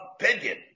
opinion